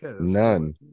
none